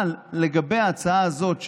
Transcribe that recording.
אבל לגבי ההצעה הזאת,